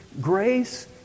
Grace